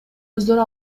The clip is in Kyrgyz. өздөрү